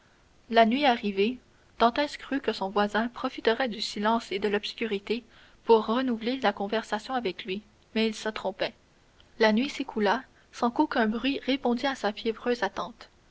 la nuit arrivée dantès crut que son voisin profiterait du silence et de l'obscurité pour renouer la conversation avec lui mais il se trompait la nuit s'écoula sans qu'aucun bruit répondît à sa fiévreuse attente